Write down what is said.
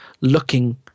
looking